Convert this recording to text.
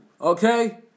Okay